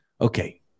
Okay